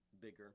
bigger